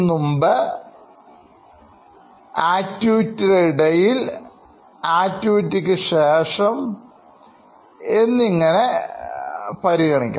മുമ്പ് ആക്ടിവിറ്റിയുടെ ഇടയിൽ ആക്ടിവിറ്റി ക്കു ശേഷം എന്നിങ്ങനെ പരിഗണിക്കണം